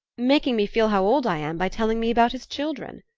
making me feel how old i am by telling me about his children.